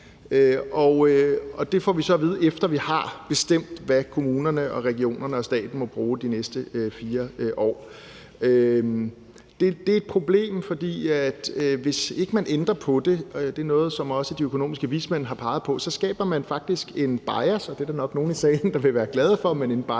Det får vi så at vide, efter at vi har bestemt, hvad kommunerne, regionerne og staten må bruge de næste 4 år. Det er et problem, for hvis ikke man ændrer på det – det er noget, som også de økonomiske vismænd har peget på – skaber man faktisk en bias til fordel for at sænke skatten frem for f.eks.